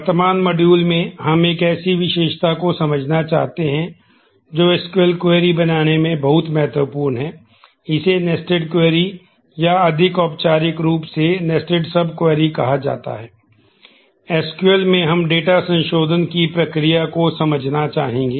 वर्तमान मॉड्यूल में हम एक ऐसी विशेषता को समझना चाहते हैं जो एसक्यूएल क्वेरी में हम डेटा संशोधन की प्रक्रिया को समझना चाहेंगे